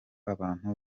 abantu